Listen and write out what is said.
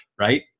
right